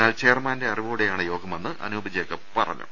എന്നാൽ ചെയർമാന്റെ അറിവോടെയാണ് യോഗമെന്ന് അനൂപ് ജേക്കബ് പറഞ്ഞു